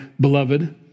beloved